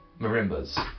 marimba's